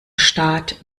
staat